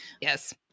Yes